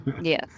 yes